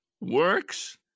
works